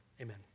Amen